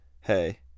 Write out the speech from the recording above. hey